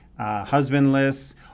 Husbandless